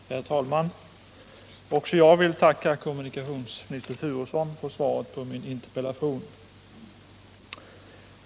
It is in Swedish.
Herr talman! Även jag vill tacka kommunikationsministern Turesson för svaret på min interpellation.